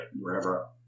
wherever